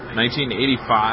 1985